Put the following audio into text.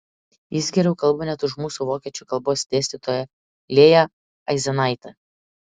jis geriau kalba net už mūsų vokiečių kalbos dėstytoją lėją aizenaitę